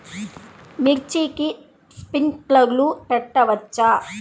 మిర్చికి స్ప్రింక్లర్లు పెట్టవచ్చా?